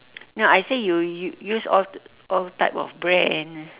no I say you you you use all all type of brand